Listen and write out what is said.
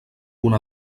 punt